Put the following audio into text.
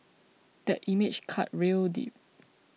that image cut real deep